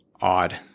odd